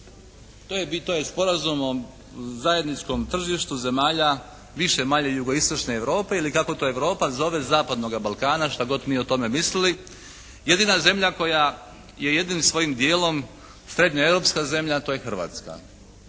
To je sporazum o zajedničkom tržištu zemalja više-manje jugoistočne Europe ili kako to Europa zove zapadnoga Balkana što god mi o tome mislili. Jedina zemlja koja je jednim svojim dijelom srednjoeuropska zemlja to je Hrvatska.